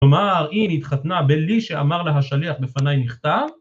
כלומר היא התחתנה בלי שאמר לה השליח בפניי נכתב